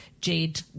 Jade